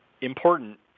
important